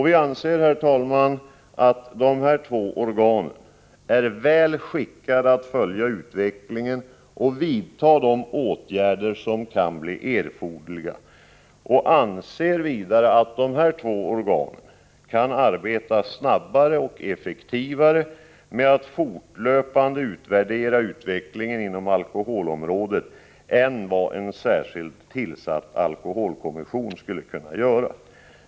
Vi anser, herr talman, att dessa två organ är väl skickade att följa utvecklingen och vidta de åtgärder som kan bli erforderliga. Vi anser vidare att dessa två organ kan arbeta snabbare och effektivare med att fortlöpande utvärdera utvecklingen inom alkoholområdet än vad en särskilt tillsatt alkoholkommission skulle kunna göra.